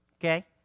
Okay